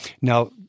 Now